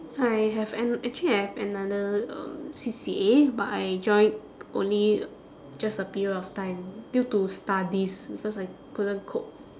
I have an~ actually I have another um C_C_A but I joined only just a period of time due to studies because I couldn't cope